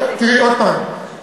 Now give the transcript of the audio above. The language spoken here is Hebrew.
עוד הפעם,